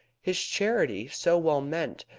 his charity, so well meant,